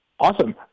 Awesome